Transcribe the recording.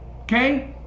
okay